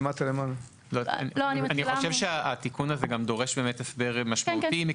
אני חושב שהתיקון הזה דורש הסבר משמעותי,